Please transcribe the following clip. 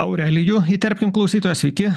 aurelijų įterpkim klausytoją sveiki